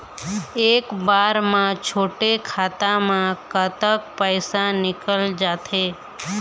एक बार म छोटे खाता म कतक पैसा निकल जाथे?